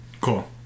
Cool